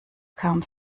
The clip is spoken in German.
kam